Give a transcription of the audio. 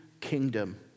kingdom